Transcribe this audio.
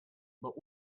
but